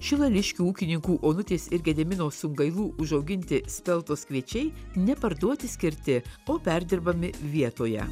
šiluviškių ūkininkų onutės ir gedimino sungailų užauginti speltos kviečiai ne parduoti skirti o perdirbami vietoje